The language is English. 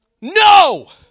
No